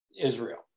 Israel